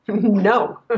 no